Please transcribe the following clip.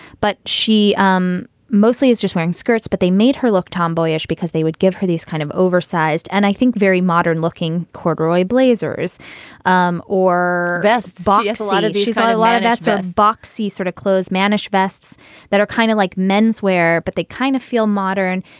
but she um mostly is just wearing skirts. but they made her look tomboyish because they would give her these kind of oversized. and i think very modern looking corduroy blazers um or best ball. yes. a lot of. she's got a lot of extra boxy sort of clothes, mannish vests that are kind of like menswear, but they kind of feel modern.